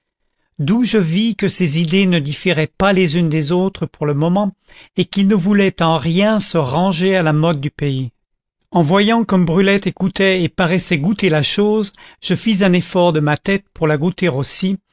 d'où je vis que ses idées ne différaient pas les unes des autres pour le moment et qu'il ne voulait en rien se ranger à la mode du pays en voyant comme brulette écoutait et paraissait goûter la chose je fis un effort de ma tête pour la goûter